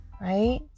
Right